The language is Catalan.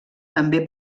també